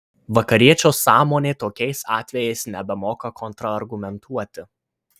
vakariečio sąmonė tokiais atvejais nebemoka kontrargumentuoti